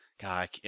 God